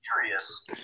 curious